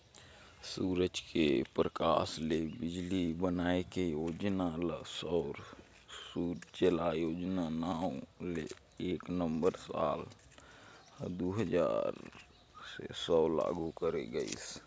सूरज के परकास ले बिजली बनाए के योजना ल सौर सूजला योजना नांव ले एक नवंबर साल दू हजार छै से लागू करे गईस